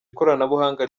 ikoranabuhanga